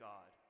God